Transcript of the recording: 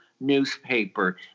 newspaper